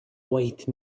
white